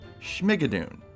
Schmigadoon